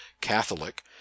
Catholic